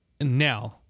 Now